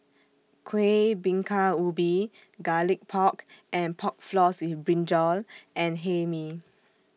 Kuih Bingka Ubi Garlic Pork and Pork Floss with Brinjal and Hae Mee